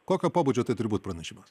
kokio pobūdžio tai turi būt pranešimas